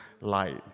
light